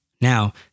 now